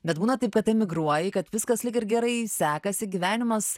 bet būna taip kad emigruoji kad viskas lyg ir gerai sekasi gyvenimas